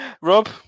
Rob